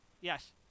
yes